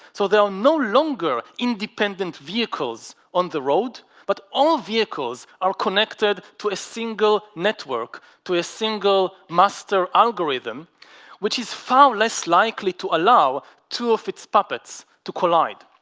so there are no longer independent vehicles on the road but all vehicles are connected to a single network to a single master algorithm which is far less likely to allow two of its puppets to collide